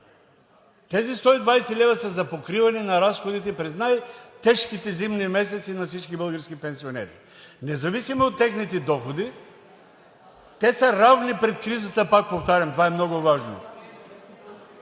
Тези 120 лв. са за покриване на разходите през най-тежките зимни месеци на всички български пенсионери независимо от техните доходи – те са равни пред кризата, пак повтарям, това е много важно.